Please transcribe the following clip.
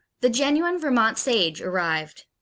the genuine vermont sage arrived.